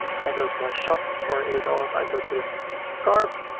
i go to my shop or you know what, i go to cart.